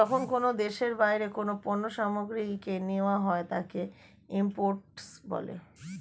যখন কোনো দেশে বাইরের কোনো পণ্য সামগ্রীকে নেওয়া হয় তাকে ইম্পোর্ট বলে